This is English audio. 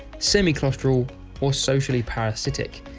semi claustral or socially parasitic.